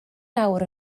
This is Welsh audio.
nawr